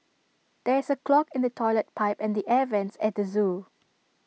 there is A clog in the Toilet Pipe and the air Vents at the Zoo